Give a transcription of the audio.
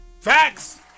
Facts